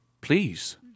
Please